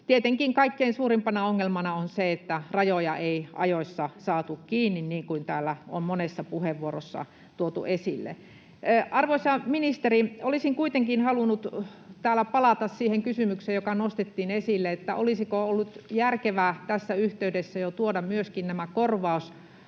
Tietenkin kaikkein suurimpana ongelmana on se, että rajoja ei ajoissa saatu kiinni, niin kuin täällä on monessa puheenvuorossa tuotu esille. Arvoisa ministeri, olisin kuitenkin halunnut palata siihen kysymykseen, joka nostettiin esille. Olisiko ollut järkevää jo tässä yhteydessä tuoda myöskin nämä korvaukset